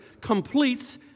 completes